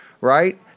right